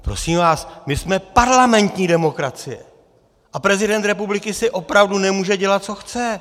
Prosím vás, my jsme parlamentní demokracie a prezident republiky si opravdu nemůže dělat, co chce!